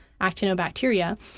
actinobacteria